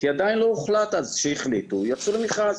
כי עדיין לא הוחלט אז, כשהחליטו יצאו למכרז.